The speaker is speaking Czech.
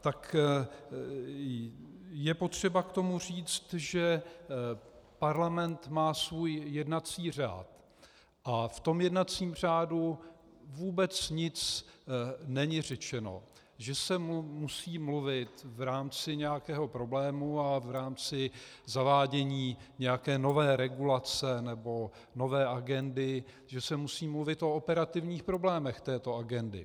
Tak je potřeba k tomu říct, že parlament má svůj jednací řád a v tom jednacím řádu není vůbec nic řečeno, že se musí mluvit v rámci nějakého problému a v rámci zavádění nějaké nové regulace nebo nové agendy, že se musí mluvit o operativních problémech této agendy.